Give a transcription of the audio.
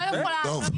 לא יכולה.